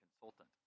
consultant